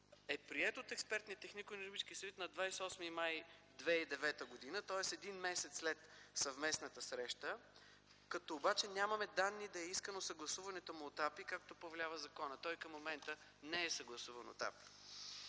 съвет на 28 май 2009 г., тоест един месец след съвместната среща, като обаче нямаме данни да е искано съгласуването му от АПИ, както повелява законът. Той към момента не е съгласуван от АПИ.